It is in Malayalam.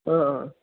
ആ ആ